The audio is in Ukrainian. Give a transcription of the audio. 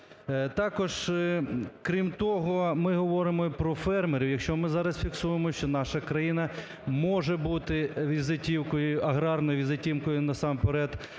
Також, крім того, ми говоримо і про фермерів. Якщо ми зараз фіксуємо, що наша країна може бути візитівкою, аграрною візитівкою насамперед,